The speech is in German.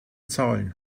zahlen